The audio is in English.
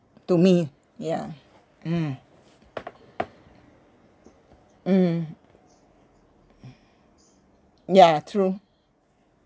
to me ya mm mm yeah true